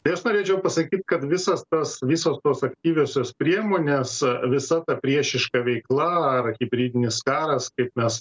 tai aš norėčiau pasakyti kad visas tas visos tos aktyviosios priemonės visa ta priešiška veikla ar hibridinis karas kaip mes